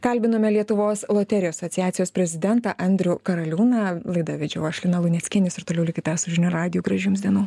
kalbinome lietuvos loterijų asociacijos prezidentą andrių karaliūną laidą vedžiau aš lina luneckienė jūs ir toliau likite su žinių radiju gražių jums dienų